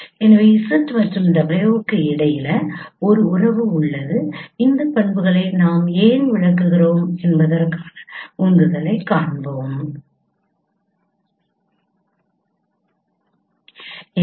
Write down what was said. எனவே Z மற்றும் W க்கு இடையில் ஒரு உறவு உள்ளது இந்த பண்புகளை நாம் ஏன் விளக்குகிறோம் என்பதற்கான உந்துதலைக் காண்போம்